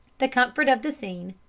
the comfort of the scene,